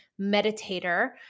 meditator